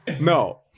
No